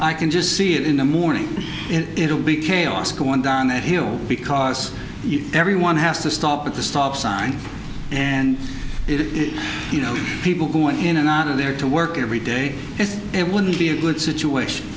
i can just see it in the morning and it'll be chaos going down that hill because everyone has to stop at the stop sign and if you know people going in and out of there to work every day is it wouldn't be a good situation